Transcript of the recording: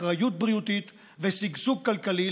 אחריות בריאותית ושגשוג כלכלי,